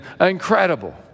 incredible